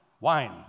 wine